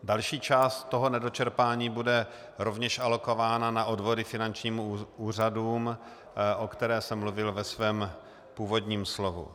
Další část nedočerpání bude rovněž alokována na odvody finančním úřadům, o které jsem mluvil ve svém úvodním slovu.